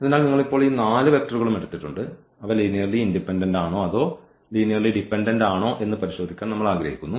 അതിനാൽ നിങ്ങൾ ഇപ്പോൾ ഈ 4 വെക്റ്ററുകളും എടുത്തിട്ടുണ്ട് അവ ലീനിയർലി ഇൻഡിപെൻഡന്റ് ആണോ അതോ ലീനിയർലി ഡിപെൻഡന്റ് ആണോ എന്ന് പരിശോധിക്കാൻ നമ്മൾ ആഗ്രഹിക്കുന്നു